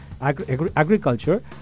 agriculture